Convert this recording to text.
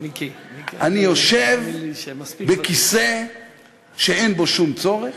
אני יושב בכיסא שאין בו שום צורך,